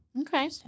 okay